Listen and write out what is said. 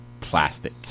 plastic